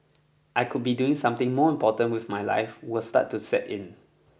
I could be doing something more important with my life will start to set in